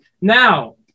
Now